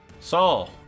Saul